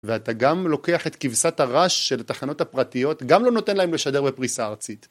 ואתה גם לוקח את כבשת הרש של התחנות הפרטיות, גם לא נותן להם לשדר בפריסה ארצית.